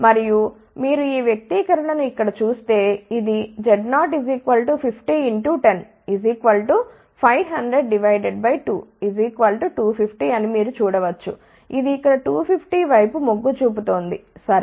మరియు మీరు ఈ వ్యక్తీకరణ ను ఇక్కడ చూస్తే ఇది Z0 50 10 5002 250 అని మీరు చూడ వచ్చు ఇది ఇక్కడ 250 వైపు మొగ్గు చూపుతోంది సరే